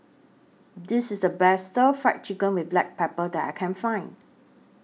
This IS The Best Stir Fried Chicken with Black Pepper that I Can Find